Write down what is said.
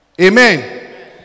Amen